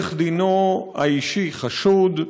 עורך דינו האישי חשוד,